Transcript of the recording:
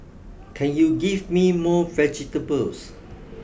can you give me more vegetables